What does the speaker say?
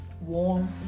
warm